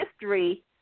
history